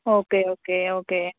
okay okay okay